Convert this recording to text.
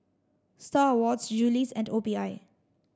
Star Awards Julie's and O P I